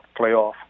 playoff